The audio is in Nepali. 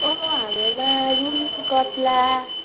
हाम्रोमा रुई कत्ला